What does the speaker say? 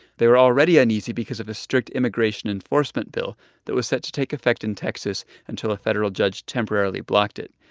they were already uneasy because of the strict immigration enforcement bill that was set to take effect in texas until a federal judge temporarily blocked it.